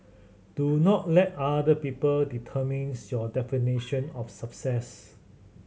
do not let other people determines your definition of success